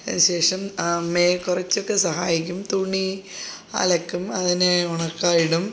ശേഷം അമ്മയെ കുറിച്ചൊക്കെ സഹായിക്കും തുണി അലക്കും അതിനെ ഉണക്കാൻ ഇടും